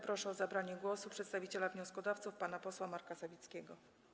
Proszę o zabranie głosu przedstawiciela wnioskodawców pana posła Marka Sawickiego.